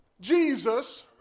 Jesus